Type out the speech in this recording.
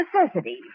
necessity